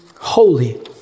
holy